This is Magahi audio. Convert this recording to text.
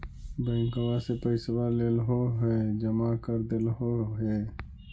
बैंकवा से पैसवा लेलहो है जमा कर देलहो हे?